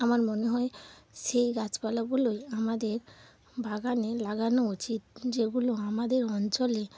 আমার মনে হয় সেই গাছপালাগুলোই আমাদের বাগানে লাগানো উচিত যেগুলো আমাদের অঞ্চলে